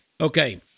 Okay